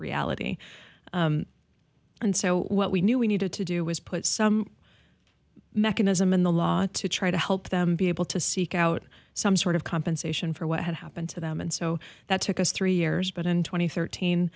reality and so what we knew we needed to do was put some mechanism in the law to try to help them be able to seek out some sort of compensation for what had happened to them and so that took us three years but in tw